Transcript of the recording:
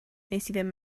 ddim